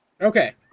okay